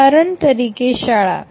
ઉદાહરણ તરીકે શાળા